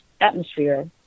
atmosphere